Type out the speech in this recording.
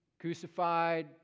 crucified